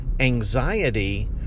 anxiety